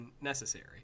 necessary